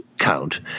count